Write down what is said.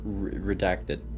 redacted